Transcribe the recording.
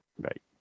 Right